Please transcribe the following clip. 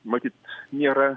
matyt nėra